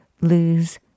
lose